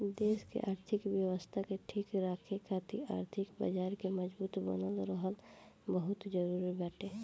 देस के आर्थिक व्यवस्था के ठीक राखे खातिर आर्थिक बाजार के मजबूत बनल रहल बहुते जरुरी बाटे